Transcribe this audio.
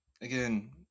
again